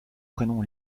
prénom